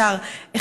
השר,